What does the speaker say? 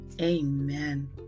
Amen